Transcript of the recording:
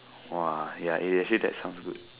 !wah! yeah eh actually that sounds good